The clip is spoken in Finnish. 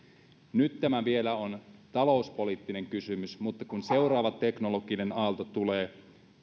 nyt tämä vielä on talouspoliittinen kysymys mutta kun seuraava teknologinen aalto tulee